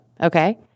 okay